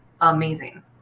amazing